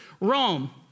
Rome